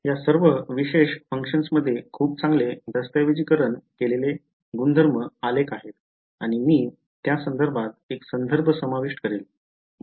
या सर्व विशेष फंक्शन्समध्ये खूप चांगले दस्तऐवजीकरण केलेले गुणधर्म आलेख आहेत आणि मी त्यासंदर्भात एक संदर्भ समाविष्ट करेन